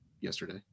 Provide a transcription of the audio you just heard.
yesterday